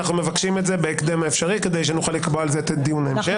אנחנו מבקשים את זה בהקדם האפשרי כדי שנוכל לקבוע על זה את דיון ההמשך.